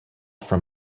from